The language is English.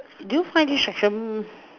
did you find this section